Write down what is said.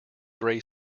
grey